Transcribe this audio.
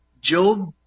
Job